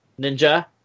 Ninja